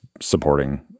supporting